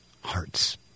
hearts